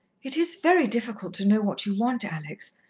it is very difficult to know what you want, alex.